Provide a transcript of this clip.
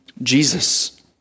Jesus